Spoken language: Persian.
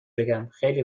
بگم، خیلی